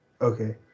okay